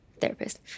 therapist